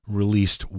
released